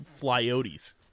Flyotes